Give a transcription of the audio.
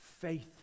Faith